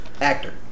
Actor